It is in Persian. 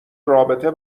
رابطه